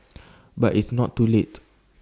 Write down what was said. but it's not too late